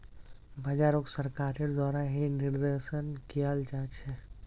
बाजारोक सरकारेर द्वारा ही निर्देशन कियाल जा छे